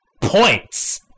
Points